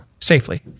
safely